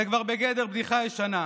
זה כבר בגדר בדיחה ישנה.